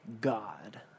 God